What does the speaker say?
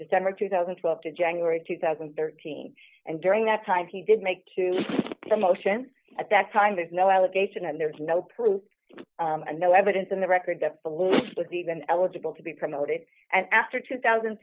december two thousand and twelve to january two thousand and thirteen and during that time he did make to the motion at that time there's no allegation and there's no proof and no evidence in the record that the loose with even eligible to be promoted and after two thousand